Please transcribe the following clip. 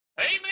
Amen